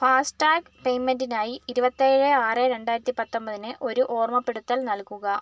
FASTag പേയ്മെൻറ്റിനായി ഇരുപത്തേഴ് ആറ് രണ്ടായിരത്തി പത്തൊമ്പതിന് ഒരു ഓർമ്മപ്പെടുത്തൽ നൽകുക